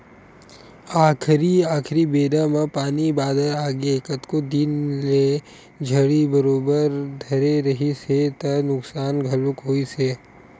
आखरी आखरी बेरा म पानी बादर आगे कतको दिन ले झड़ी बरोबर धरे रिहिस हे त नुकसान घलोक होइस हे